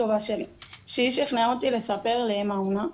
טובה שלי שהיא שכנעה אותי לספר לאם האומנה,